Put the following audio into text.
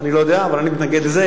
אני לא יודע, אבל אני מתנגד לזה.